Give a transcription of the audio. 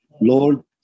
Lord